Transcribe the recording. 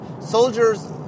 soldiers